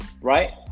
right